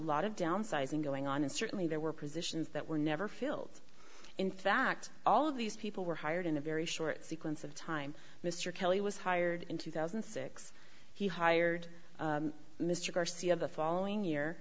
lot of downsizing going on and certainly there were positions that were never filled in fact all of these people were hired in a very short sequence of time mr kelly was hired in two thousand and six he hired mr garcia the following year